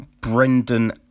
Brendan